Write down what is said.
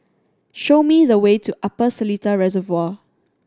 show me the way to Upper Seletar Reservoir